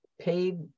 paid